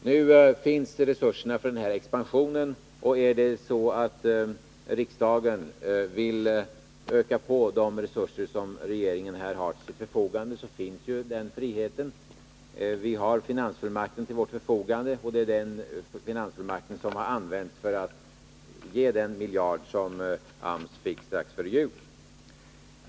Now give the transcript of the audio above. Nu finns resurserna för expansion av såväl arbetsmarknadsutbildning som beredskapsarbete. Och om riksdagen vill öka på de resurser som regeringen behöver så finns den friheten. Vi har finansfullmakten till vårt förfogande, och det är den som har använts för att ge den miljard som AMS fick strax före jul.